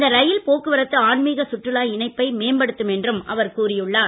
இந்த ரெயில் போக்குவரத்து ஆன்மிக சுற்றுலா இணைப்பை மேம்படுத்தும் என்றும் அவர் கூறியுள்ளார்